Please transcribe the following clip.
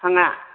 बिफाङा